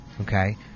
Okay